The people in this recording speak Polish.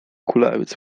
kulawiec